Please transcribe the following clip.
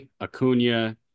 Acuna